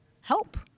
help